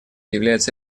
является